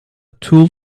tool